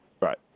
Right